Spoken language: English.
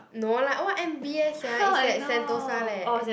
no lah what M B S sia is at Sentosa leh